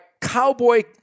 cowboy